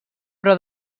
però